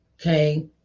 okay